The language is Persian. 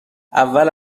اول